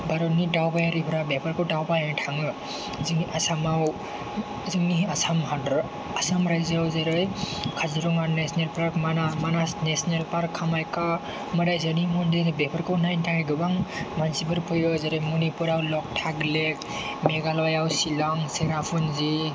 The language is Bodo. भारतनि दावबायारिफ्रा बेफोरखौ दावबायनो थाङो जोंनि आसामाव जोंनि आसाम हादोर आसाम रायजोआव जेरै Kaziranga national park Manas national park Kamakhya मोदाइजोनि मन्दिर बेफोरखौ नायनो थाखाय गोबां मानसिफोर फैयो जेरै मनिपुराव लकटाक लेक मेघालयआव सिलं सेरापुन्जि